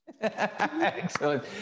Excellent